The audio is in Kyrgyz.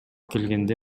келгенде